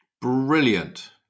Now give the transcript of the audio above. brilliant